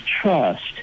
trust